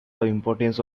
importance